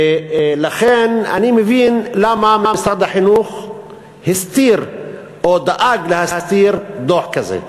ולכן אני מבין למה משרד החינוך הסתיר או דאג להסתיר דוח כזה.